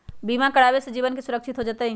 बीमा करावे से जीवन के सुरक्षित हो जतई?